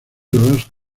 los